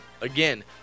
Again